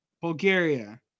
Bulgaria